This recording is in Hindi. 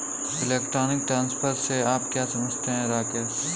इलेक्ट्रॉनिक ट्रांसफर से आप क्या समझते हैं, राकेश?